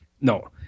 No